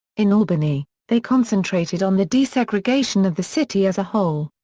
in albany, they concentrated on the desegregation of the city as a whole.